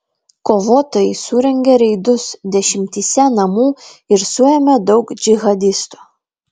kovotojai surengė reidus dešimtyse namų ir suėmė daug džihadistų